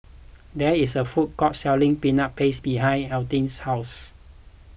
there is a food court selling Peanut Paste behind Altie's house